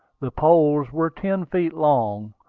the poles were ten feet long,